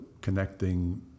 connecting